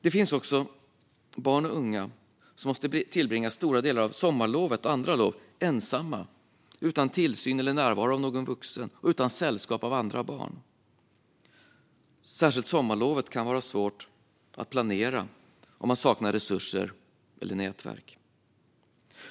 Det finns också barn och unga som måste tillbringa stora delar av sommarlovet och andra lov ensamma, utan tillsyn och närvaro av någon vuxen och utan sällskap av andra barn. Särskilt sommarlovet kan vara svårt att planera om man saknar resurser och nätverk.